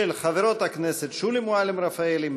של חברות הכנסת שולי מועלם-רפאלי,